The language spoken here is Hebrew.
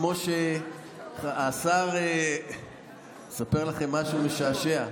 אני אספר לכם משהו משעשע.